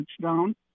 touchdown